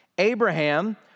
Abraham